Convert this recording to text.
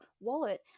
wallet